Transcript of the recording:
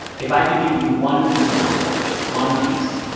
if i could give you one piece of homework just one piece,